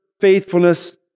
faithfulness